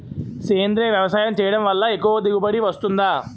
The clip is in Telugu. సేంద్రీయ వ్యవసాయం చేయడం వల్ల ఎక్కువ దిగుబడి వస్తుందా?